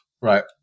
Right